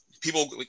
people